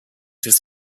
his